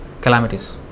calamities